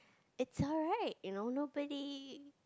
it's alright you know nobody